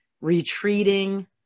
retreating